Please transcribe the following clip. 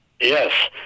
yes